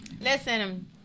listen